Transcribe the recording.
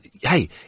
hey